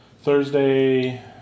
Thursday